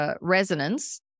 resonance